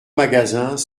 magasins